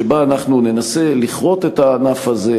שבה ננסה לכרות את הענף הזה,